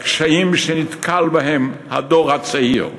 לקשיים שנתקל בהם הדור הצעיר,